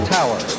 tower